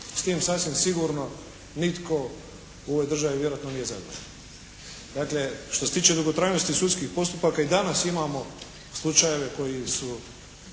S tim sasvim sigurno nitko u ovoj državi vjerojatno nije zadovoljan. Dakle što se tiče dugotrajnosti sudskih postupaka i danas imamo slučajeve koji su,